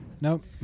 Nope